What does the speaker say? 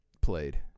played